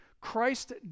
Christ